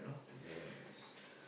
yes